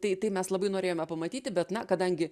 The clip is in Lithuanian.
tai tai mes labai norėjome pamatyti bet na kadangi